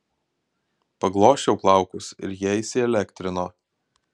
paglosčiau plaukus ir jie įsielektrino